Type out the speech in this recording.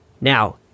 now